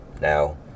Now